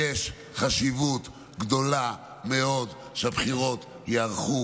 יש חשיבות גדולה מאוד לכך שהבחירות ייערכו